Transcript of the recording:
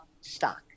stock